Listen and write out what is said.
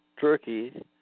Turkey